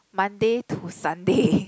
Monday to Sunday